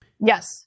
Yes